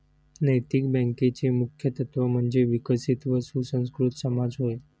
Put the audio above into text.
नैतिक बँकेचे मुख्य तत्त्व म्हणजे विकसित व सुसंस्कृत समाज होय